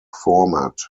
format